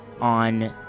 on